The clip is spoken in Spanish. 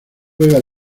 juega